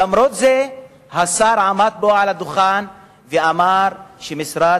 ולמרות זאת השר עמד פה על הדוכן ואמר שמשרד